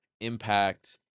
impact